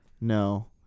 No